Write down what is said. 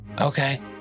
Okay